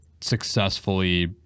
successfully